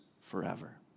forever